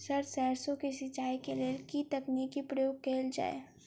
Sir सैरसो केँ सिचाई केँ लेल केँ तकनीक केँ प्रयोग कैल जाएँ छैय?